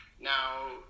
Now